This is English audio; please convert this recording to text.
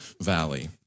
Valley